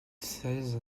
seize